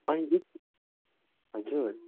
अहिले हजुर